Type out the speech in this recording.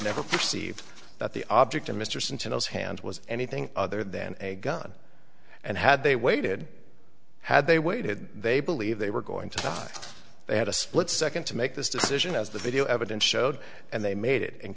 never perceive that the object of mr centinels hand was anything other than a gun and had they waited had they waited they believe they were going to die they had a split second to make this decision as the video evidence showed and they made it in